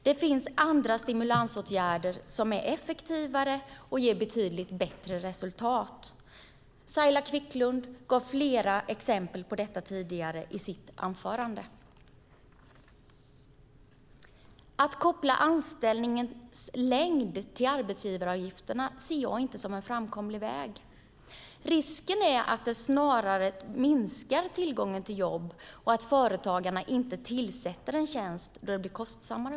Det finns andra stimulansåtgärder som är effektivare och ger betydligt bättre resultat. Saila Quicklund gav flera exempel på det i sitt anförande. Att koppla anställningens längd till arbetsgivaravgifterna ser jag inte som någon framkomlig väg. Risken är att det snarare minskar tillgången till jobb och att företagaren inte tillsätter en tjänst eftersom det blir så kostsamt.